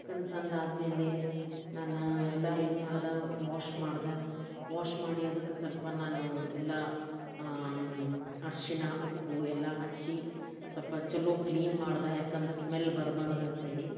chicken ತಂದಾದ್ಮೇಲೆ ನಾನು ಎಲ್ಲ ಏನು ಮಾಡ್ದೆ ವಾಶ್ ಮಾಡ್ದೆ ವಾಶ್ ಮಾಡಿ ಅದಕ್ಕೆ ಸ್ವಲ್ಪ ನಾನು ಎಲ್ಲ ಅರಶಿಣ ಉಪ್ಪು ಎಲ್ಲ ಹಚ್ಚಿ ಸ್ವಲ್ಪ ಚಲೋ ಕ್ಲೀನ್ ಮಾಡಿದೆ ಯಾಕಂದ್ರೆ ಸ್ಮೆಲ್ ಬರ್ಬಾರ್ದಂಥೇಳಿ